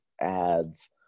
ads